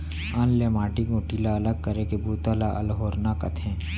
अन्न ले माटी गोटी ला अलग करे के बूता ल अल्होरना कथें